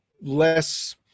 less